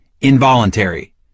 involuntary